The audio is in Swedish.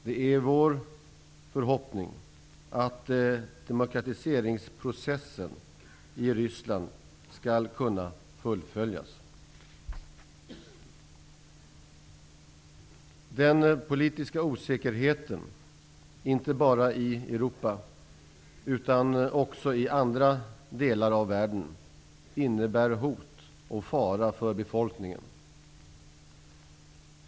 Det är vår förhoppning att demokratiseringsprocessen i Ryssland skall kunna fullföljas. Den politiska osäkerheten, inte bara i Europa utan också i andra delar av världen, innebär hot och fara för befolkningen.